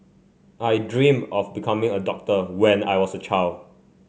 I dream of becoming a doctor when I was a child